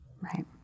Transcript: Right